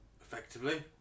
Effectively